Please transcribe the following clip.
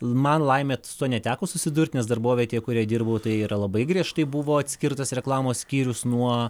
man laimė su tuo neteko susidurt nes darbovietė kurioje dirbau tai yra labai griežtai buvo atskirtas reklamos skyrius nuo